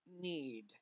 need